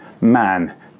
man